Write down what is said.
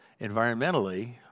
environmentally